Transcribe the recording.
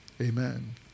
Amen